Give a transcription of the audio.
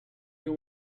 you